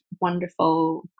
wonderful